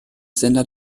sender